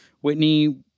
Whitney